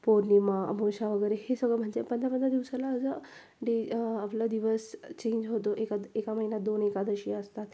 पौर्णिमा अमावस्या वगैरे हे सगळं म्हणजे पंधरा पंधरा दिवसाला असं डे आपला दिवस चेंज होतो एकाद एका महिन्यात दोन एकादशी असतात